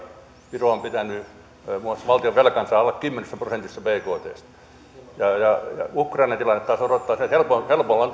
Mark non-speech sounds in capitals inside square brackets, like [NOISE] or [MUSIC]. viro on pitänyt muun muassa valtionvelkansa alle kymmenessä prosentissa bktstä ukrainan tilanne taas osoittaa sen että helpolla [UNINTELLIGIBLE]